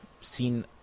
seen